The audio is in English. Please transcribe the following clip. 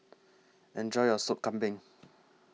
Enjoy your Sop Kambing